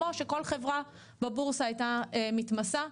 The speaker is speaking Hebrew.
כמו שכל חברה בבורסה הייתה מתמסה.